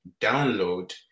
download